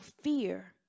fear